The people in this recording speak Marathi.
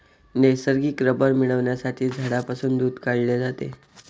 नैसर्गिक रबर मिळविण्यासाठी झाडांपासून दूध काढले जाते